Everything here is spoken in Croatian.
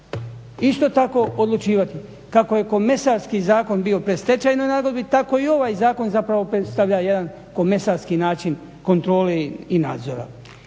isto tako odlučivati, kako je komesarski zakon bio u predstečajnoj nagodbi tako i ovaj zakon zapravo predstavlja jedan komesarski način kontrole i nadzora.